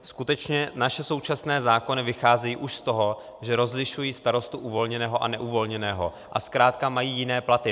Skutečně naše současné zákony vycházejí už z toho, že rozlišují starostu uvolněného a neuvolněného, a zkrátka mají jiné platy.